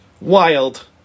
Wild